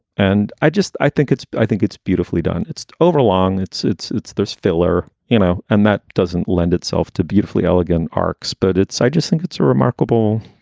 and i just i think it's i think it's beautifully done. it's it's overlong. it's it's it's there's filler, you know, and that doesn't lend itself to beautifully elegant arcs. but it's i just think it's a remarkable,